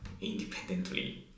independently